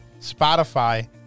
Spotify